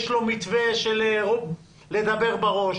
יש לו מתווה של לדבר בראש,